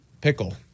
pickle